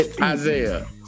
Isaiah